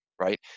Right